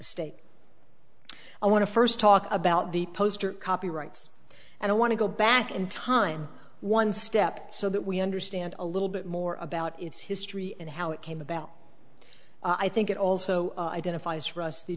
estate i want to first talk about the poster copyrights and i want to go back in time one step so that we understand a little bit more about its history and how it came about i think it also identif